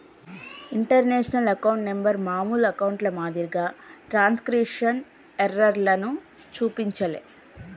international account number మామూలు అకౌంట్ల మాదిరిగా ట్రాన్స్క్రిప్షన్ ఎర్రర్లను చూపించలే